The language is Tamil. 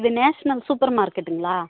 இது நேஷனல் சூப்பர் மார்க்கெட்டுங்களா